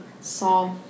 solve